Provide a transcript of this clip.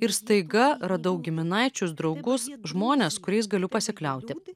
ir staiga radau giminaičius draugus žmones kuriais galiu pasikliauti